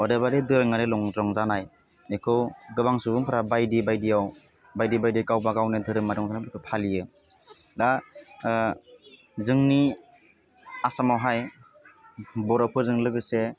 अदेबारि दोरोङारि लंजं जानाय बेखौ गोबां सुबुंफ्रा बायदि बायदियाव बायदि बायदि गावबागावनो दोहोरोमा रंजानायफोरखौ फालियो दा जोंनि आसामावहाय बर'फोरजों लोगोसे